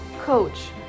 coach